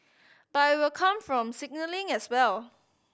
but it will come from signalling as well